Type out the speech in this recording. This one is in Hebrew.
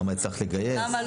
כמה הצלחת לגייס.